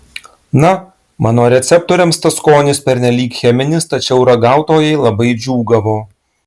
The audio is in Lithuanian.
na mano receptoriams tas skonis pernelyg cheminis tačiau ragautojai labai džiūgavo